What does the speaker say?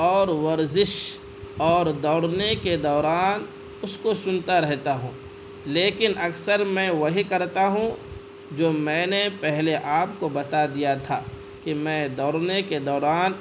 اور ورزش اور دوڑنے کے دوران اس کو سنتا رہتا ہوں لیکن اکثر میں وہی کرتا ہوں جو میں نے پہلے آپ کو بتا دیا تھا کہ میں دوڑنے کے دوران